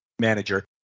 Manager